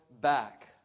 back